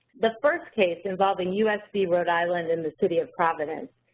the first case involving u s. v. rhode island and the city of providence,